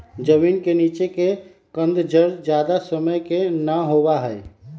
जमीन के नीचे के कंद जड़ ज्यादा समय के ना होबा हई